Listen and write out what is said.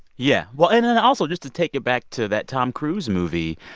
yeah. well and also, just to take it back to that tom cruise movie,